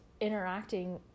interacting